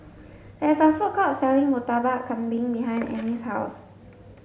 there is a food court selling Murtabak Kambing behind Annie's house